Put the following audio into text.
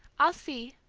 i'll see,